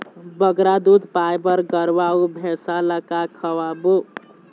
बगरा दूध पाए बर गरवा अऊ भैंसा ला का खवाबो?